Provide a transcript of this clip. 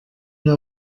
know